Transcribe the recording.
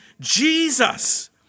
Jesus